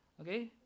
okay